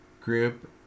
group